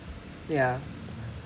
ya